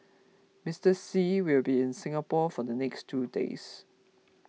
Mister Xi will be in Singapore for the next two days